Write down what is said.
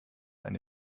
eine